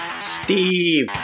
Steve